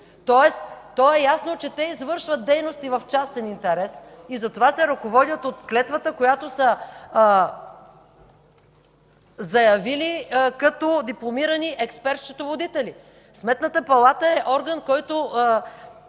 Ясно е, че те извършват дейности в частен интерес и затова се ръководят от клетвата, която са заявили като дипломирани експерт-счетоводители. Сметната палата е орган, който